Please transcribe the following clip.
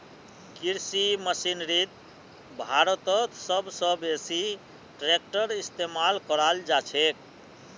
कृषि मशीनरीत भारतत सब स बेसी ट्रेक्टरेर इस्तेमाल कराल जाछेक